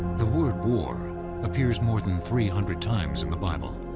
the word war appears more than three hundred times in the bible.